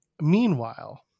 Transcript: meanwhile